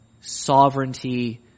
sovereignty